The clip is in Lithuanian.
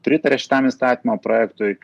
pritarė šitam įstatymo projektui